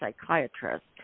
psychiatrist